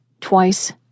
twice